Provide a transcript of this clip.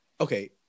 Okay